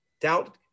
doubt